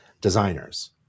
designers